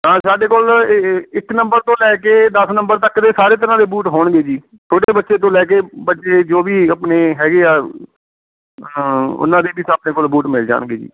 ਹਾਂ ਸਾਡੇ ਕੋਲ ਇ ਇੱਕ ਨੰਬਰ ਤੋਂ ਲੈ ਕੇ ਦਸ ਨੰਬਰ ਤੱਕ ਦੇ ਸਾਰੇ ਤਰ੍ਹਾਂ ਦੇ ਬੂਟ ਹੋਣਗੇ ਜੀ ਛੋਟੇ ਬੱਚੇ ਤੋਂ ਲੈ ਕੇ ਵੱਡੇ ਜੋ ਵੀ ਆਪਣੇ ਹੈਗੇ ਆ ਉਹਨਾਂ ਦੇ ਵੀ ਸਾਡੇ ਕੋਲ ਬੂਟ ਮਿਲ ਜਾਣਗੇ ਜੀ